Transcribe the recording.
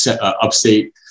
upstate